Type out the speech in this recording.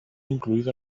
incluido